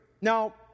Now